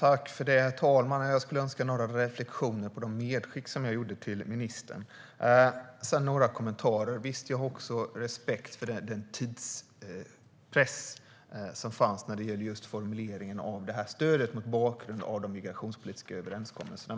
Herr talman! Jag vill göra några reflektioner om de medskick jag gjorde till ministern och några kommentarer. Också jag har respekt för den tidspress som fanns när det gällde formuleringen av stödet mot bakgrund av de migrationspolitiska överenskommelserna.